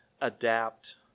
adapt